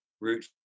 Route